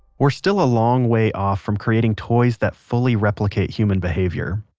we're still a long way off from creating toys that fully replicate human behavior.